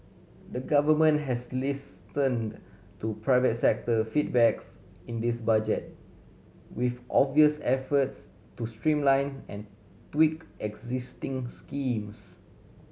the Government has listened to private sector feedbacks in this Budget with obvious efforts to streamline and tweak existing schemes